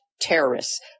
terrorists